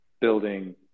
building